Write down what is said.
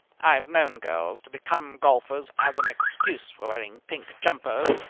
i have known girls to become golfers as an excuse for wearing pink jumpers,